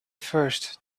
first